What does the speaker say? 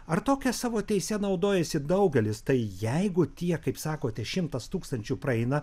ar tokia savo teise naudojasi daugelis tai jeigu tie kaip sakote šimtas tūkstančių praeina